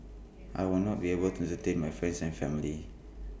I will not be able to entertain my friends and family